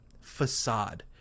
facade